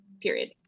period